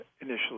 initially